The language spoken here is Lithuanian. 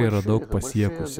yra daug pasiekusi